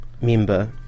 member